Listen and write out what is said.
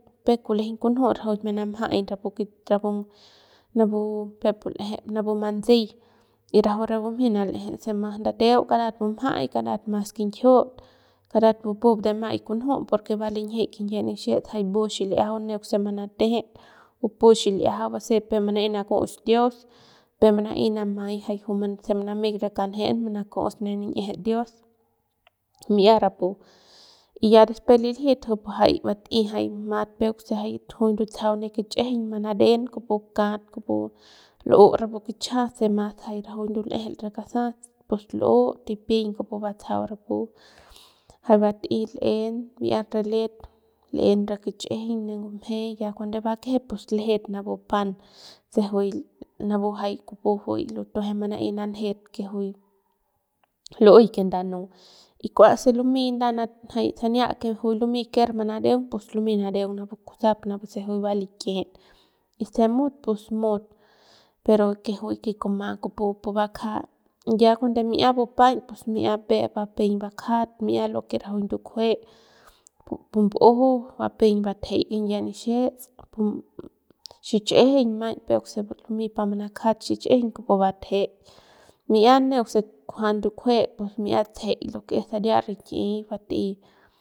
Peuk kulejeiñ kunju rajuik manamjay rapu ki rapu peuk pu l'eje rapu mantsei y rajuik re bumjey manal'eje se mas ndateu karat bumjay karat mas kinjiut karat pupup de maꞌai kunju porque va linjik kinyie nixiets jay mbu xil'iajau neuk se manatejet bupu xil'iajau basep peuk mana'ey nakux dios peuk mana'ey manamay se juy manameik re kanjet manakus ne nin'ieje dios mi'ia rapu y ya después liljit bat'ey jay mat peuk se jay juy ndutsajau ne kich'ijiñ manaren kupu kat kupu l'u rapu kichajas se mas jay rajuik ndulejel re kasas pus l'u tipiñ y kupu batsajau rapu jay bat'ey l'en bi'iat rapu let l'en re kichꞌijiñ ne ngumje ya cuando bakejep pus ljet napu pan se juy juy jay kupu lutujue mana'ey nanjet que juy lu'uey que ndanu y kua se lumey jay sania juy lumey ker manareung pus lumey nareung napu kusap se juy va likijit y se mut pus mut pero que juy que kuma kupu pu bakja ya cuando mi'ia bupaiñ pus mi'ia mbe'ep bupeiñ bakjat mi'ia lo que rajuik ndukjue pu mbumju bupeiñ batjey kinyie nixiets pu xichꞌijiñ maiñ peuk se bumjey pa manakjat xich'ijiñ kupu batjeik mi'ia neuk se kujua ndukjue mi'ia tsejeik lo que es saria rik'i bat'ey.